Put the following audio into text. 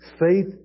Faith